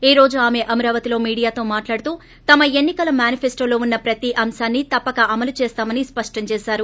ఈ రోజు ఆమె అమరావతిలో మీడియాతో మాట్లాడుతూ తమ ఎన్ని కల మానిఫెన్లో ఉన్న ప్రతి అంశాన్ని తప్పక అమలు చేస్తామని స్పష్టంచేశారు